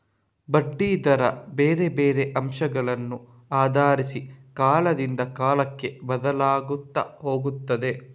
ಬಡ್ಡಿ ದರ ಬೇರೆ ಬೇರೆ ಅಂಶಗಳನ್ನ ಆಧರಿಸಿ ಕಾಲದಿಂದ ಕಾಲಕ್ಕೆ ಬದ್ಲಾಗ್ತಾ ಹೋಗ್ತದೆ